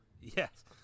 yes